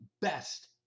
best